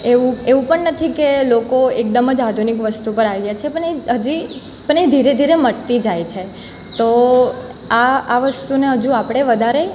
એવું એવું પણ નથી કે લોકો એકદમ જ આધુનિક વસ્તુ પર આવી ગયાં છે પણ એક હજી પણ એ ધીરે ધીરે મટતી જાય છે તો આ આ વસ્તુને હજુ આપણે વધારે